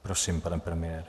Prosím, pane premiére.